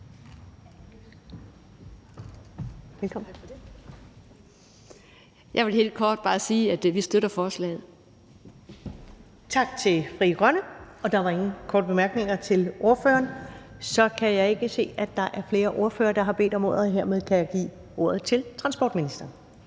Første næstformand (Karen Ellemann): Tak til Frie Grønne, og der var ingen korte bemærkninger til ordføreren. Så kan jeg ikke se, at der er flere ordførere, der har bedt om ordet, og hermed kan jeg give ordet til transportministeren.